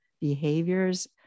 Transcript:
behaviors